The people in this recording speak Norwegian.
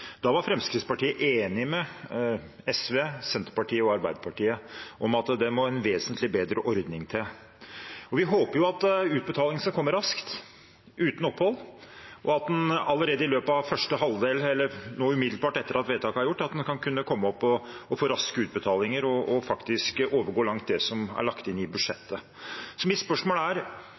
Da var Fremskrittspartiet enig med SV, Senterpartiet og Arbeiderpartiet om at det må en vesentlig bedre ordning til. Vi håper at utbetalingene skal komme raskt, uten opphold, og at en allerede nå umiddelbart etter at vedtaket er gjort, kan kunne få raske utbetalinger og faktisk overgå langt det som er lagt inn i budsjettet. Mitt spørsmål er: